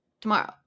tomorrow